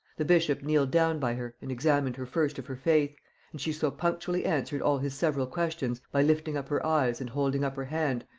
the bishop kneeled down by her and examined her first of her faith and she so punctually answered all his several questions, by lifting up her eyes and holding up her hand,